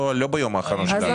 לא ביום האחרון.